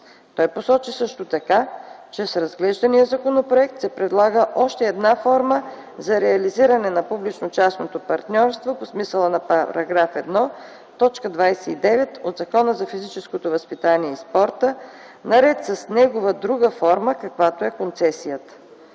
Той посочи също така, че с разглеждания законопроект се предлага още една форма за реализиране на публично-частното партньорство по смисъла на § 1, т. 29 от Закона за физическото възпитание и спорта наред с негова друга форма, каквато е концесията.